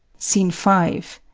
scene five.